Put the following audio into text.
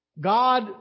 God